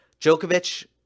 Djokovic